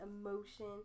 emotion